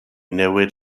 newid